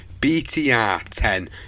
BTR10